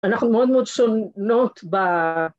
‫אנחנו מאוד מאוד שונות ב...